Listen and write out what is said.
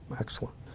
Excellent